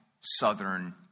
southern